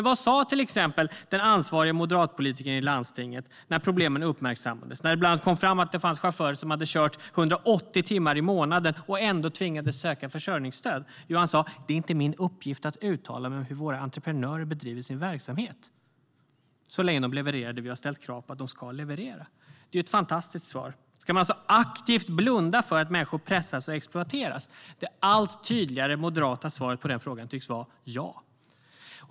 Vad sa den ansvarige moderatpolitikern i landstinget när problemen uppmärksammades och det bland annat kom fram att det fanns chaufförer som hade kört 180 timmar i månaden och ändå tvingades söka försörjningsstöd? Jo, han sa: Det är inte min uppgift att uttala mig om hur våra entreprenörer bedriver sin verksamhet så länge de levererar det vi har ställt krav på att de ska leverera. Det är ett fantastiskt svar. Ska man alltså aktivt blunda för att människor pressas och exploateras? Det allt tydligare moderata svaret på den frågan tycks vara: Ja.